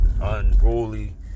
unruly